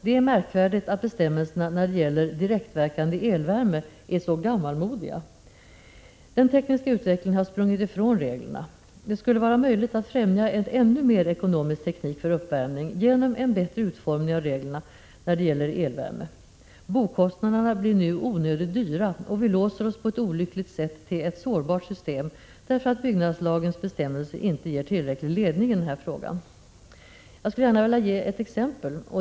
Det är märkvärdigt att bestämmelserna när det gäller direktverkande elvärme är så gammalmodiga. Den tekniska utvecklingen har sprungit ifrån reglerna. Det skulle vara möjligt att främja en ännu mer ekonomisk teknik för uppvärmning genom en bättre utformning av reglerna när det gäller elvärme. Boendekostnaderna blir nu onödigt höga, och vi låser oss på ett olyckligt sätt till ett sårbart system, därför att byggnadslagens bestämmelser inte ger tillräcklig ledning i denna fråga. Jag skulle gärna vilja ge ett exempel.